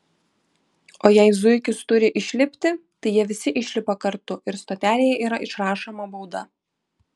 o jei zuikis turi išlipti tai jie visi išlipa kartu ir stotelėje yra išrašoma bauda